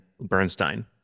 Bernstein